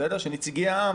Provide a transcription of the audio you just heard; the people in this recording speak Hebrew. של נציגי העם.